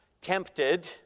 tempted